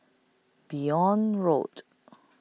Benoi Road